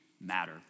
matter